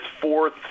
fourth